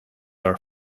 our